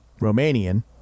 Romanian